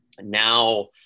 now